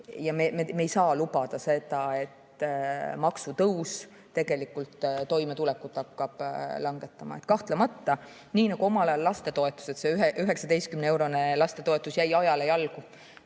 Ja me ei saa lubada seda, et maksutõus toimetulekut hakkab raskendama. Kahtlemata, nii nagu omal ajal lapsetoetus, see 19‑eurone lapsetoetus, jäi ajale jalgu,